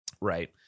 Right